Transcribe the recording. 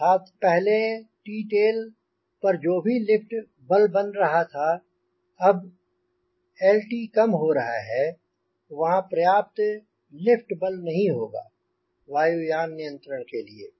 अर्थात पहले T tail पर जो भी लिफ्ट बल बन रहा था अब Lt कम हो रहा है वहांँ पर्याप्त लिफ्ट बल नहीं होगा वायुयान नियंत्रण के लिए